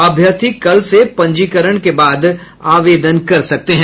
अभ्यर्थी कल से पंजीकरण के बाद आवेदन कर सकते हैं